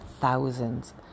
thousands